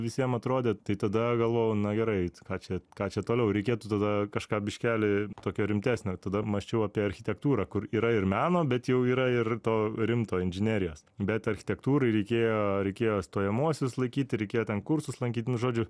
visiem atrodė tai tada galvojau na gerai tai ką čia ką čia toliau reikėtų tada kažką biškeli tokią rimtesnio ir tada mąsčiau apie architektūrą kur yra ir meno bet jau yra ir to rimto inžinerijos bet architektūrai reikėjo reikėjo stojamuosius laikyt ir reikėjo ten kursus lankyt nu žodžiu